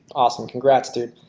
awesome congrats dude.